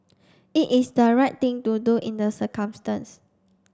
it is the right thing to do in the circumstance